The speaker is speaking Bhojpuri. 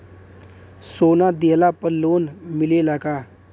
सोना दिहला पर लोन मिलेला का?